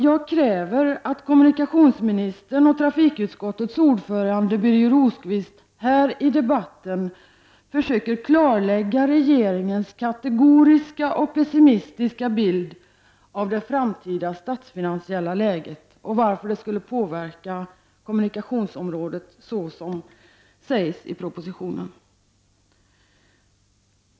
Jag kräver att kommunikationsministern och trafikutskottets ordförande Birger Rosqvist här i debatten försöker klarlägga regeringens kategoriska och pessimistiska bild av det framtida statsfinansiella läget och varför det skulle påverka kommunikationsområdet så som det påstås i propositionen.